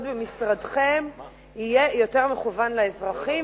במשרדכם יהיה יותר מכוון לאזרחים,